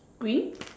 green